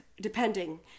depending